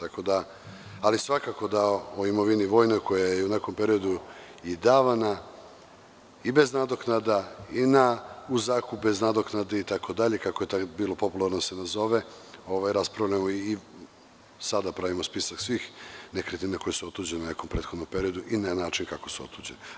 Ali, svakako da o vojnoj imovini, koja je u nekom periodu davana i bez nadoknada i u zakup bez nadoknade itd, kako je tad bilo to popularno da se nazove, raspravljamo i sada pravimo spisak svih nekretnina koje su otuđene u nekom prethodnom periodu i na način kako su otuđene.